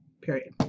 period